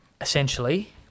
essentially